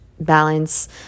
balance